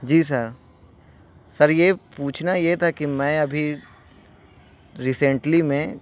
جی sir sir یہ پوچھنا یہ تھا کہ میں ابھی ریسینٹلی میں